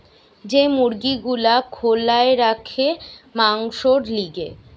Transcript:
যে মুরগি গুলা খোলায় রাখে মাংসোর লিগে